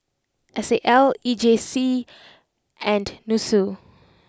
S A L E J C and Nussu